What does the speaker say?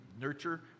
nurture